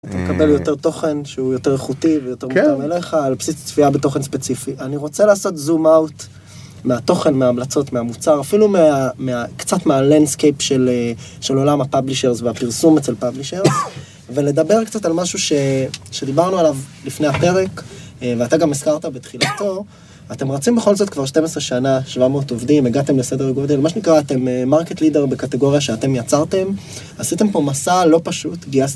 אתה מקבל יותר תוכן שהוא יותר איכותי ויותר מותאם מלך על בסיס תספייה בתוכן ספציפי. אני רוצה לעשות זום-אאוט מהתוכן, מההמלצות, מהמוצר, אפילו קצת מהלנדסקייפ של עולם הפאבלישרס והפרסום אצל פאבלישרס. ולדבר קצת על משהו שדיברנו עליו לפני הפרק, ואתה גם הזכרת בתחילתו. אתם רצים בכל זאת כבר 12 שנה, 700 עובדים, הגעתם לסדר גודל, מה שנקרא, אתם מרקט-לידר בקטגוריה שאתם יצרתם. עשיתם פה מסע לא פשוט. גייסתם...